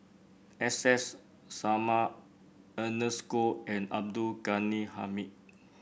S S Sarma Ernest Goh and Abdul Ghani Hamid